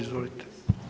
Izvolite.